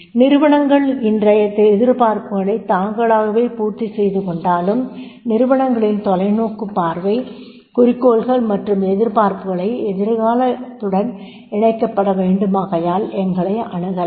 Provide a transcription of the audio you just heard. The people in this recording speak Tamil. நிறுவனங்கள் இன்றைய எதிர்பார்ப்புகளைத் தாங்களாகவே பூர்த்திசெய்துகொண்டாலும் நிறுவனங்களின் தொலைநோக்குப் பார்வை குறிக்கோள்கள் மற்றும் எதிர்பார்ப்புகளை எதிர்காலத்துடன் இணைக்கப்பட வேண்டுமாகையால் எங்களை அணுகலாம்